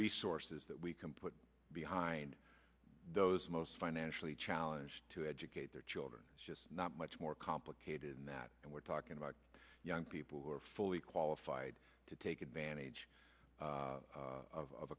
resources that we can put behind those most financially challenged to educate their children it's just not much more complicated than that and we're talking about young people who are fully qualified to take advantage of